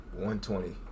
120